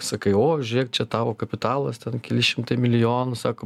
sakai o žiūrėk čia tavo kapitalas ten keli šimtai milijonų sako